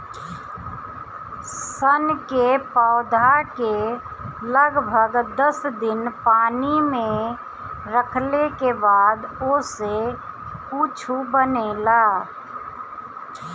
सन के पौधा के लगभग दस दिन पानी में रखले के बाद ओसे कुछू बनेला